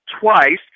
twice